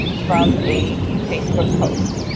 um from a facebook post.